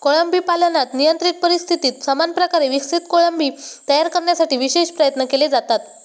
कोळंबी पालनात नियंत्रित परिस्थितीत समान प्रकारे विकसित कोळंबी तयार करण्यासाठी विशेष प्रयत्न केले जातात